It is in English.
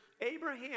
Abraham